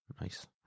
Nice